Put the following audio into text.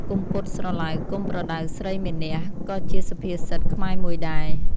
កុំពត់ស្រឡៅកុំប្រដៅស្រីមានះ ក៏ជាសុភាសិតខ្មែរមួយដែរ។